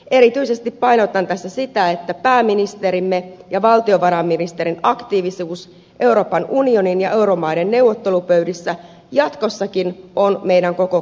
erityisesti painotan tässä sitä että pääministerimme ja valtionvarainministerin aktiivisuus euroopan unionin ja euromaiden neuvottelupöydissä jatkossakin on meidän koko